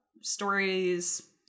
stories